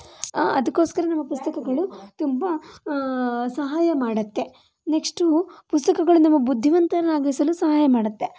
ಅದಕೋಸ್ಕರ ನಮ್ಮ ಪುಸ್ತಕಗಳು ತುಂಬ ಸಹಾಯ ಮಾಡುತ್ತೆ ನೆಸ್ಟು ಪುಸ್ತಕಗಳು ನಮ್ಮ ಬುದ್ಧಿವಂತರನ್ನಾಗಿಸಲು ಸಹಾಯ ಮಾಡುತ್ತೆ